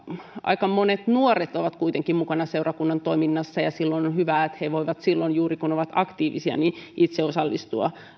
aika monet nuoret ovat kuitenkin mukana seurakunnan toiminnassa ja silloin on on hyvä että he voivat silloin juuri kun ovat aktiivisia itse osallistua